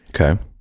Okay